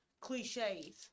cliches